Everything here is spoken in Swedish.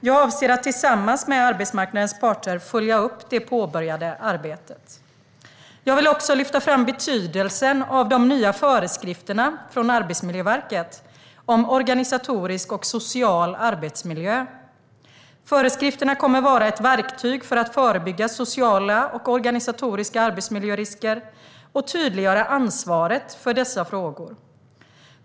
Jag avser att tillsammans med arbetsmarknadens parter följa upp det påbörjade arbetet. Jag vill också lyfta fram betydelsen av de nya föreskrifterna från Arbetsmiljöverket om organisatorisk och social arbetsmiljö. Föreskrifterna kommer att vara ett verktyg för att förebygga sociala och organisatoriska arbetsmiljörisker och tydliggöra ansvaret för dessa frågor.